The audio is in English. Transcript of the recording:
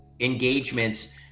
engagements